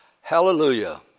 Hallelujah